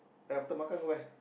then after makan go where